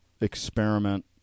experiment